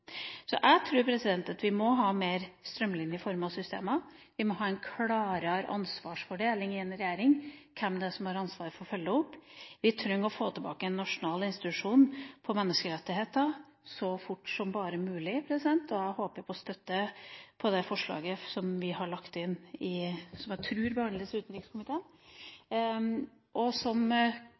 Så jeg tror at vi må ha mer strømlinjeformede systemer, vi må ha en klarere ansvarsfordeling i en regjering – hvem det er som har ansvaret for å følge opp. Vi trenger å få tilbake en nasjonal institusjon for menneskerettigheter, så fort som bare mulig. Da håper vi på støtte for det forslaget som vi har lagt inn, som jeg tror behandles i utenrikskomiteen, og som